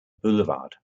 boulevard